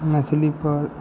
मैथिलीपर